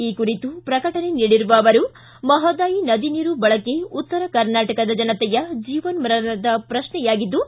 ಈ ಕುರಿತು ಪ್ರಕಟಣೆ ನೀಡಿರುವ ಅವರು ಮಹದಾಯಿ ನದಿ ನೀರು ಬಳಕೆ ಉತ್ತರ ಕರ್ನಾಟಕದ ಜನತೆಯ ಜೀವನ್ದರಣದ ಪ್ರಶ್ನೆಯಾಗಿದ್ದು